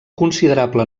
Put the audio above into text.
considerable